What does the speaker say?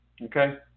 Okay